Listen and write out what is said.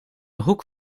hoek